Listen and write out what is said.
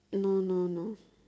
no no no